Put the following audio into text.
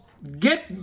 Get